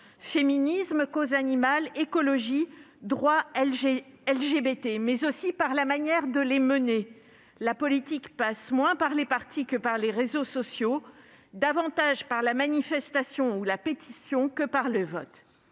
féminisme, cause animale, écologie, droits des LGBT. Mais aussi par la manière de les mener ; la politique passe moins par les partis que par les réseaux sociaux, davantage par la manifestation ou la pétition que par le vote.